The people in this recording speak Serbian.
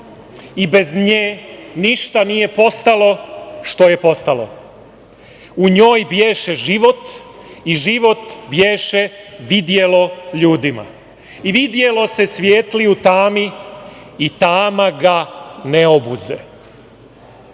i bez nje ništa nije postalo što je postalo. U njoj bješe život i život bješe vidjelo ljudima. I vidjelo se svijetlo i u tami i tama ga ne obuze."Iz